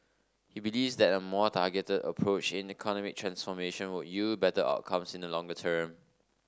he believes that a more targeted approach in economic transformation would yield better outcomes in the longer term